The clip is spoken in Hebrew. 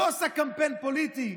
לא עושה קמפיין פוליטי,